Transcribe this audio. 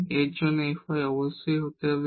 এবং এর জন্য fy কে অবশ্যই 0 হতে হবে